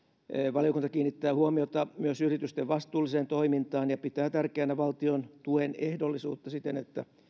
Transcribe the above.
valiokunta kiinnittää huomiota myös yritysten vastuulliseen toimintaan ja pitää tärkeänä valtion tuen ehdollisuutta siten että